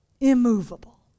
immovable